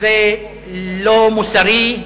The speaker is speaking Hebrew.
זה לא מוסרי,